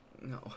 no